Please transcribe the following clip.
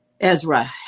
Ezra